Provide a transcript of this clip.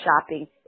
shopping